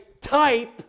type